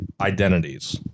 Identities